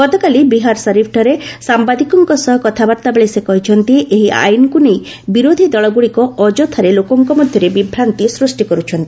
ଗତକାଲି ବିହାର ସରିଫ୍ଠାରେ ସାମ୍ବାଦିକଙ୍କ ସହ କଥାବାର୍ତ୍ତାବେଳେ ସେ କହିଛନ୍ତି ଏହି ଆଇନକୁ ନେଇ ବିରୋଧି ଦଳଗୁଡ଼ିକ ଅଯଥାରେ ଲୋକଙ୍କ ମଧ୍ୟରେ ବିଭ୍ରାନ୍ତି ସୃଷ୍ଟି କର୍ରଛନ୍ତି